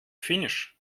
finnisch